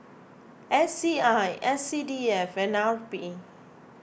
S C I S C D F and R P